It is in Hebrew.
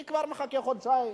אני כבר מחכה חודשיים.